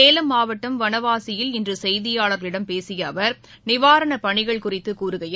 சேலம் மாவட்டம் வனவாசியில் இன்றுசெய்தியாளர்களிடம் பேசியஅவர் நிவாரணப் பணிகள் குறித்துகூறுகையில்